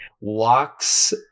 walks